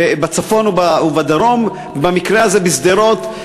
בצפון או בדרום, במקרה הזה בשדרות.